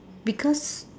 because